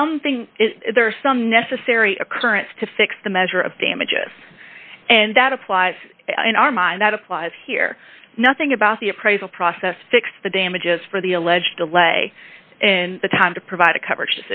something is there are some necessary occurrence to fix the measure of damages and that applies in our mind that applies here nothing about the appraisal process fix the damages for the alleged delay and the time to provide a coverage